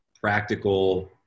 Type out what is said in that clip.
practical